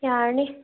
ꯌꯥꯔꯅꯤ